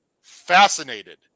Fascinated